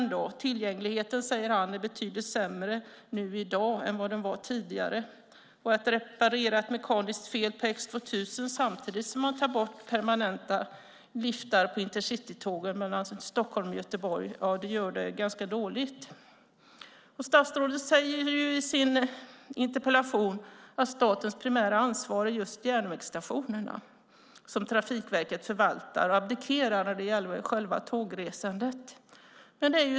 Han säger att tillgängligheten är betydligt sämre i dag än vad den var tidigare. Att reparera ett mekaniskt fel på X 2000 samtidigt som man tar bort permanenta liftar på intercitytågen mellan Stockholm och Göteborg är ganska dåligt. Statsrådet säger i sitt interpellationssvar att statens primära ansvar är just järnvägsstationerna som Trafikverket förvaltar och abdikerar när det gäller själva tågresandet.